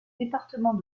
département